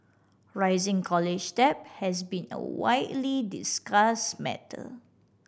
rising college debt has been a widely discussed matter